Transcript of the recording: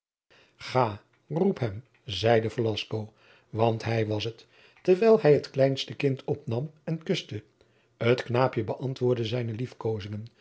roep hem zeide velasco want hij was het terwijl hij het kleinste kind opnam en kuste het knaapje beantwoordde zijne